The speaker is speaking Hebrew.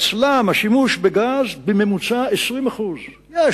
אצלם השימוש בגז הוא 20% בממוצע.